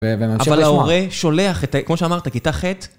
אבל ההורה שולח את ה.. , כמו שאמרת, כיתה ח'